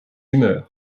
humeur